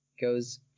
goes